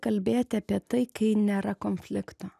kalbėti apie tai kai nėra konflikto